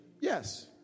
Yes